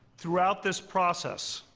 throughout this process,